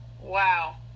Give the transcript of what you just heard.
Wow